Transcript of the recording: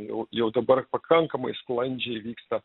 jau jau dabar pakankamai sklandžiai vyksta